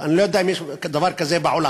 אני לא יודע אם יש דבר כזה בעולם.